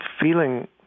feeling